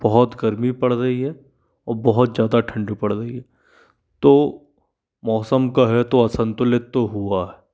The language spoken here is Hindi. बहुत गर्मी पड़ रही है और बहुत ज़्यादा ठंड भी पड़ रही है तो मौसम का है तो असंतुलित तो हुआ है